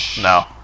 No